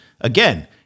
Again